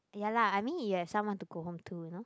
ya lah I mean you have someone to go home to you know